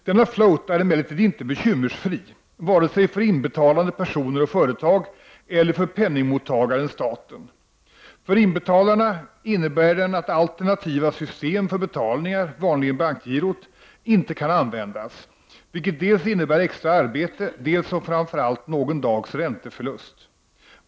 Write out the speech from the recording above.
Denna ”float” är emellertid inte bekymmersfri, varken för inbetalande personer och företag eller för penningmottagaren staten. För inbetalarna innebär den att alternativa system för betalningar, vanligen bankgirot, inte kan användas, vilket innebär dels extra arbete, dels och framför allt någon dags ränteförlust.